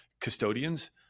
custodians